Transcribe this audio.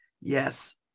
Yes